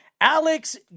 Alex